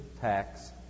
tax